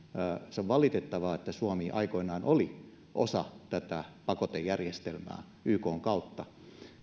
on valitettavaa että suomi aikoinaan oli osa tätä pakotejärjestelmää ykn kautta